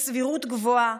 בסבירות גבוהה,